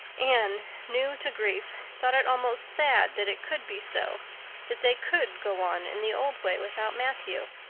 anne, new to grief, thought it almost sad that it could be so that they could go on in the old way without matthew.